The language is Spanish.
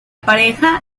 pareja